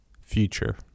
Future